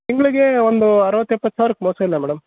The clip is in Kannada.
ತಿಂಗಳಿಗೇ ಒಂದು ಅರವತ್ತು ಎಪ್ಪತ್ತು ಸಾವಿರಕ್ಕೆ ಮೋಸ ಇಲ್ಲ ಮೇಡಮ್